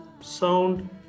sound